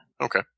okay